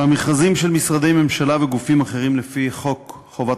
במכרזים של משרדי ממשלה וגופים אחרים לפי חוק חובת